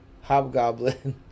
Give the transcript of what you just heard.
Hobgoblin